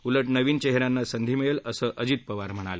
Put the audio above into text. उलट नवीन चेहऱ्यांना संधी मिळेल असं अजित पवार म्हणाले